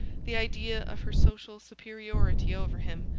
the idea of her social superiority over him,